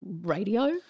radio